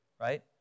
right